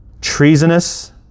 treasonous